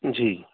ਜੀ